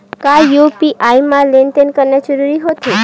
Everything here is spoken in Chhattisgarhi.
का यू.पी.आई म लेन देन करना सुरक्षित होथे?